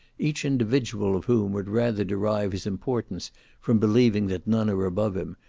each individual of whom would rather derive his importance from believing that none are above him,